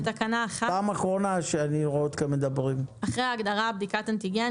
בתקנה 1- אחרי הגדרה "בדיקת אנטיגן",